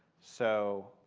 so